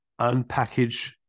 unpackage